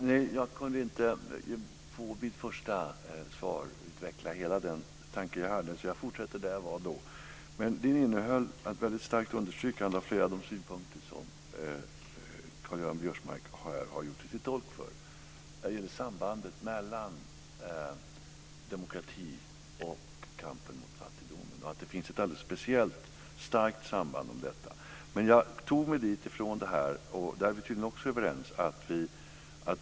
Fru talman! Jag kunde inte utveckla hela den tanke jag hade i mitt förra anförande, så jag fortsätter där jag var då. Det var ett starkt understrykande av flera av de synpunkter som Karl-Göran Biörsmark har gjort sig till tolk för. Det gäller sambandet mellan demokrati och kampen mot fattigdomen, och att det finns ett speciellt starkt samband där. Jag tog mig dit från det här, och där är vi tydligen också överens.